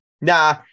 Nah